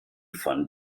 von